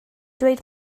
dweud